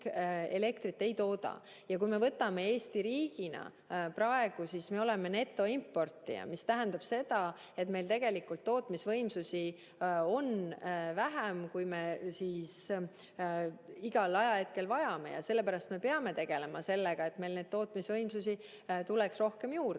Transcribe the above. elektrit ei tooda. Kui me võtame Eesti riigina, siis praegu me oleme netoimportija. See tähendab seda, et meil tegelikult tootmisvõimsusi on vähem, kui me igal ajahetkel vajame, ja sellepärast me peame tegelema sellega, et meil tuleks tootmisvõimsusi juurde